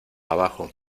abajo